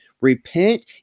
repent